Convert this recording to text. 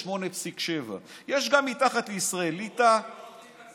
28.7. יש גם מתחת לישראל: ליטא וקוריאה.